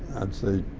i'd say,